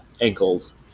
ankles